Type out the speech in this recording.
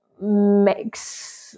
makes